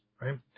right